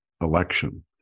election